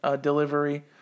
delivery